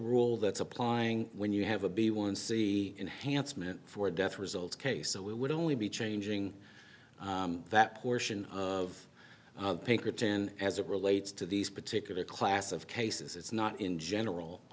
rule that's applying when you have a b one c enhancement for death results case so we would only be changing that portion of pinkerton as it relates to these particular class of cases it's not in general